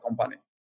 company